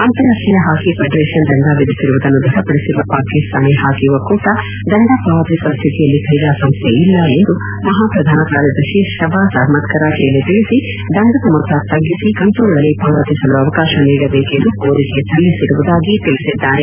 ಅಂತರಾಷ್ಷೀಯ hockey federation ದಂಡ ವಿಧಿಸಿರುವುದನ್ನು ದೃಢಪಡಿಸಿರುವ ಪಾಕಿಸ್ತಾನ ಹಾಕಿ ಒಕ್ಕೂಟ ದಂಡ ಪಾವತಿಸುವ ಸ್ಥಿತಿಯಲ್ಲಿ ಕ್ರೀಡಾ ಸಂಸ್ವೆಯಿಲ್ಲ ಎಂದು ಮಹಾಪ್ರಧಾನ ಕಾರ್ಯದರ್ಶಿ ಶಬಾಜ್ ಅಪ್ಲದ್ ಕರಾಚಿಯಲ್ಲಿ ತಿಳಿಸಿ ದಂಡದ ಮೊತ್ತ ತಗ್ಗಿಸಿ ಕಂತುಗಳಲ್ಲಿ ಪಾವತಿಸಲು ಅವಕಾಶ ನೀಡಬೇಕೆಂದು ಕೋರಿಕೆ ಸಲ್ಲಿಸಿರುವುದಾಗಿ ತಿಳಿಸಿದ್ದಾರೆ